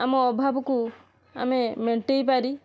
ଆମ ଅଭାବକୁ ଆମେ ମେଣ୍ଟେଇ ପାରି